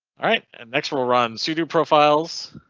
alright and next will run sudo profiles.